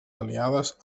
aliades